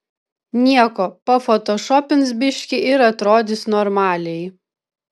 nieko pafotošopins biškį ir atrodys normaliai